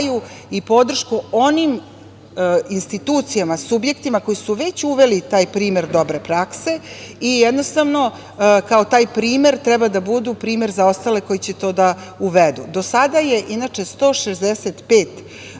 i podršku onim institucijama, subjektima koji su već uveli taj primer dobre prakse i jednostavno kao taj primer treba da budu primer za ostale koji će to da uvedu. Do sada je inače 165